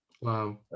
Wow